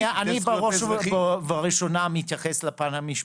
אני בראש ובראשונה מתייחס לפן המשפטי,